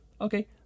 Okay